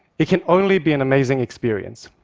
it can only be an amazing experience.